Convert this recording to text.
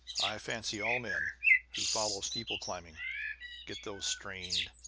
i fancy all men who follow steeple-climbing get those strained,